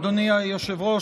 אדוני היושב-ראש,